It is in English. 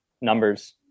numbers